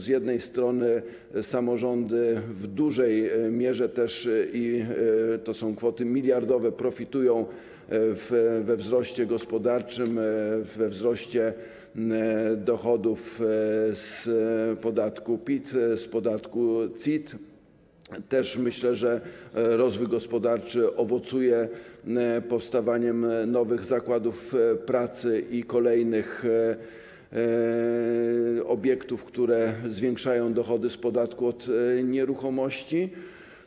Z jednej strony samorządy w dużej mierze - i to są kwoty miliardowe - też profitują ze wzrostu gospodarczego, ze wzrostu dochodów z podatku PIT, z podatku CIT, myślę także, że rozwój gospodarczy owocuje powstawaniem nowych zakładów pracy i kolejnych obiektów, które zwiększają dochody z podatku od nieruchomości.